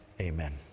amen